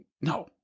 No